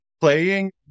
playing